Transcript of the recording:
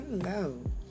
Hello